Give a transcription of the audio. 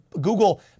Google